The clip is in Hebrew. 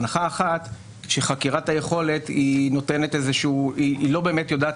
הנחה אחת היא שחקירת היכולת לא באמת יודעת